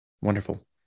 Wonderful